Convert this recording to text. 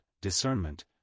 discernment